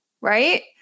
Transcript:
right